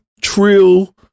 trill